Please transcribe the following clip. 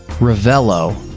Ravello